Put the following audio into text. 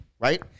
right